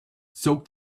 soak